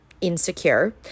insecure